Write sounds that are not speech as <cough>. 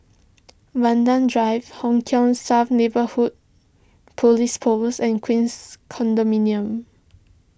Vanda Drive Hong <unintelligible> South Neighbourhood Police Post and Queens Condominium